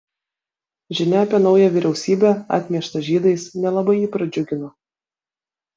žinia apie naują vyriausybę atmieštą žydais nelabai jį pradžiugino